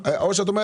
נקבע,